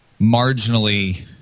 marginally